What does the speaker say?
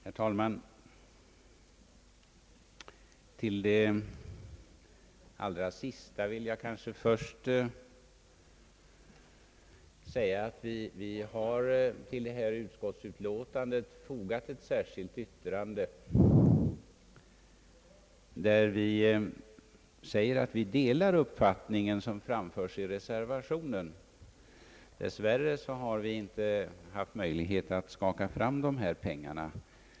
Herr talman! Till det allra sista vill jag säga, att högerledamöterna till detta utskottsutlåtande har fogat ett särskilt yttrande där vi säger att vi delar den uppfattning som framförts i reservationen. Dess värre har vi inte haft möjlighet att skaffa fram dessa pengar.